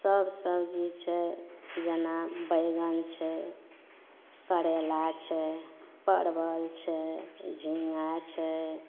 सब सबजी छै जेना बैगन छै करैला छै परवल छै ओ झिङ्गा छै